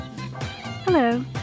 Hello